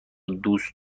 دوست